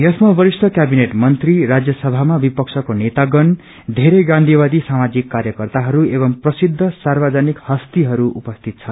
यसमा वरिष्ठ क्याबिनेट मन्त्री राज्यसभामा विपक्षको नेतागण बेरै गाँचीवादी सामाजिक क्वर्यकर्ताहरू एवं प्रसिद्ध सार्वजनिक हस्तीहरू उपरियत छन्